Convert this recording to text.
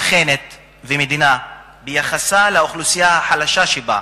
נבחנת ביחסה לאוכלוסייה החלשה שבה,